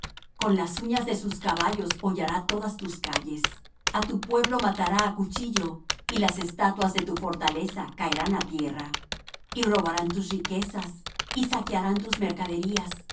con las uñas de sus caballos hollará todas tus calles á tu pueblo matará á cuchillo y las estatuas de tu fortaleza caerán á tierra y robarán tus riquezas y saquearán tus mercaderías